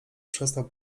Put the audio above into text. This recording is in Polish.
przestał